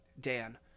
Dan